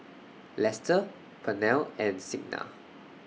Lester Pernell and Signa